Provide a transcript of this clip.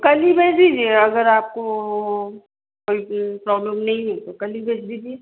कल ही भेज दीजिए अगर आपको ओ कोई प्रॉब्लम नहीं हो तो कल ही भेज दीजिए